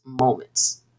moments